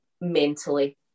mentally